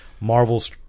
Marvel's